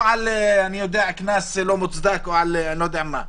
לא על קנס לא מוצדק או לא יודע מה.